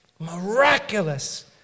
Miraculous